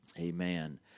Amen